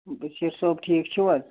بٔشیٖر صٲب ٹھیٖک چھِو حظ